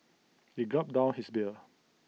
he gulped down his beer